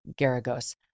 Garagos